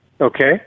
okay